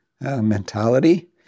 mentality